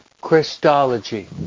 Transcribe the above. Christology